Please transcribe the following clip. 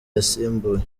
yasimbuye